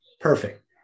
perfect